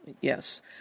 Yes